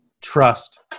trust